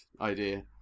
idea